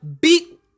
beat